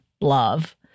love